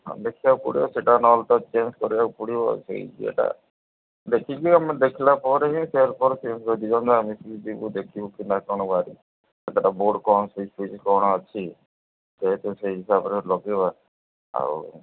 ହଁ ଦେଖିବାକୁ ପଡ଼ିବ ସେଇଟା ନହେଲେ ତ ଚେଞ୍ଜ କରିବାକୁ ପଡ଼ିବ ସେଇ ଯଇଟା ଦେଖିକି ଆମେ ଦେଖିଲା ପରେ ବିି ତାର ଚେଞ୍ଜ କରିଦିଅନ୍ତି ଆମେ ଯିବୁ ଦେଖିବୁ କି ନା କ'ଣ ବାହାରି ସେତେଟା ବୋର୍ଡ଼ କ'ଣ ସୁଇଜ୍ ସୁଇଚ୍ କ'ଣ ଅଛି ଯେହେତୁ ସେଇ ହିସାବରେ ଲଗାଇବା ଆଉ